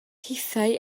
hithau